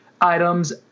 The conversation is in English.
items